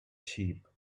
sheep